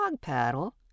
paddle